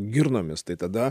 girnomis tai tada